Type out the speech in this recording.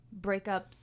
breakups